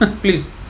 Please